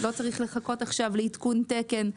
לא צריך לחכות לעדכון תקן,